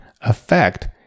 effect